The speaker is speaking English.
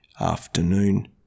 afternoon